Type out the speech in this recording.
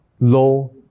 low